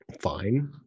fine